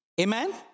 Amen